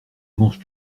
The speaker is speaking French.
manges